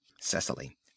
Cecily